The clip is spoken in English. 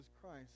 Christ